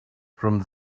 from